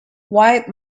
white